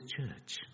church